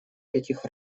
этих